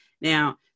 Now